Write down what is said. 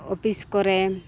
office ᱠᱚᱨᱮ